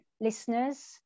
listeners